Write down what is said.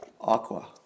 aqua